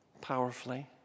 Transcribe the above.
powerfully